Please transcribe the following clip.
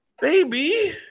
Baby